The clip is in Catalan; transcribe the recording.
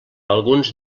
alguns